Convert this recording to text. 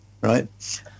right